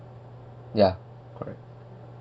ya correct